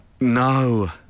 No